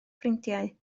ffrindiau